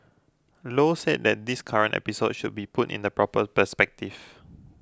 low said that this current episode should be put in the proper perspective